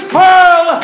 pearl